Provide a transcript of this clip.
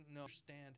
understand